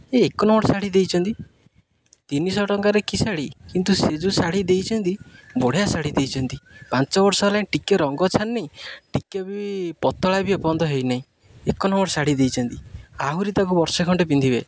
ଏକ ନମ୍ବର୍ ଶାଢ଼ୀ ଦେଇଛନ୍ତି ତିନିଶହ ଟଙ୍କାରେ କି ଶାଢ଼ୀ କିନ୍ତୁ ସେ ଯେଉଁ ଶାଢ଼ୀ ଦେଇଛନ୍ତି ବଢ଼ିଆ ଶାଢ଼ୀ ଦେଇଛନ୍ତି ପାଞ୍ଚ ବର୍ଷ ହେଲାଣି ଟିକିଏ ରଙ୍ଗ ଛାଡ଼ିନି ଟିକିଏ ବି ପତଳା ବି ଏ ପର୍ଯ୍ୟନ୍ତ ହୋଇନାହିଁ ଏକ ନମ୍ବର୍ ଶାଢ଼ୀ ଦେଇଛନ୍ତି ଆହୁରି ତାକୁ ବର୍ଷେ ଖଣ୍ଡେ ପିନ୍ଧିବେ